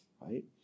Right